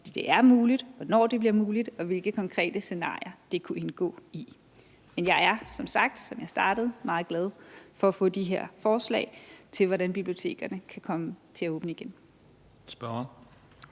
det er muligt, hvornår det bliver muligt, og hvilke konkrete scenarier det kunne indgå i. Men jeg er, som jeg sagde i starten, meget glad for at få de her forslag til, hvordan bibliotekerne kan komme til at åbne igen.